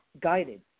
Guided